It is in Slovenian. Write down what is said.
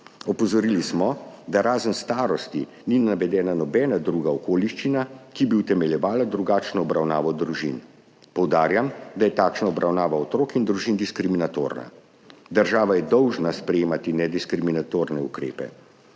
Opozorili smo, da razen starosti ni navedena nobena druga okoliščina, ki bi utemeljevala drugačno obravnavo družin. Poudarjam, da je takšna obravnava otrok in družin diskriminatorna. Država je dolžna sprejemati nediskriminatorne ukrepe.